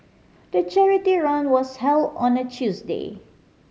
the charity run was held on a Tuesday